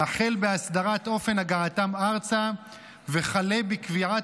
החל בהסדרת אופן הגעתם ארצה וכלה בקביעת